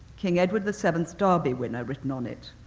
king edward the seven th's derby winner written on it,